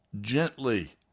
gently